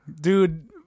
Dude